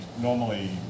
normally